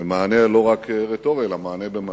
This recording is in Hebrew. מענה לא רק רטורי, אלא גם במעשים.